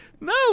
no